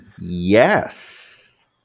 Yes